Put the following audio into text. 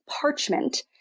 parchment